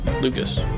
Lucas